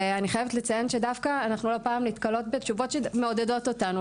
ואני חייבת לציין שדווקא מדי פעם אנחנו נתקלות בתשובות שמעודדות אותנו,